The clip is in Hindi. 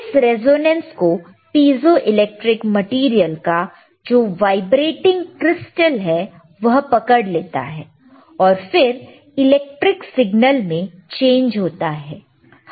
इस रेजोनेंस को पीजों इलेक्ट्रिक मेटीरियल का जो वाइब्रेटिंग क्रिस्टल है वह पकड़ लेता है और फिर इलेक्ट्रिक सिग्नल में चेंज होता है